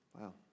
wow